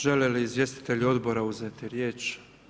Žele li izvjestitelji odbora uzeti riječ?